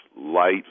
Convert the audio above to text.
light